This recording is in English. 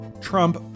Trump